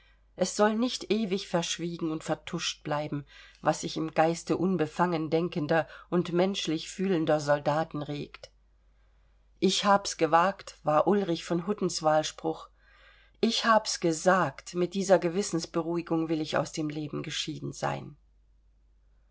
es soll nicht ewig verschwiegen und vertuscht bleiben was sich im geiste unbefangen denkender und menschlich fühlender soldaten regt ich hab's gewagt war ulrich von huttens wahlspruch ich hab's gesagt mit dieser gewissensberuhigung will ich aus dem leben geschieden sein